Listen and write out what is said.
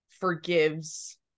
forgives